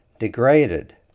degraded